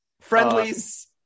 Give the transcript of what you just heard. Friendlies